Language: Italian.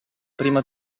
prima